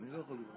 לא, אני לא יכול.